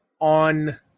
on